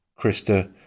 Krista